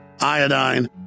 iodine